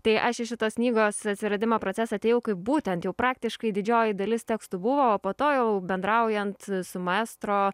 tai aš į šitos knygos atsiradimo procesą atėjau kai būtent jau praktiškai didžioji dalis tekstų buvo o po to jau bendraujant su maestro